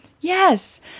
Yes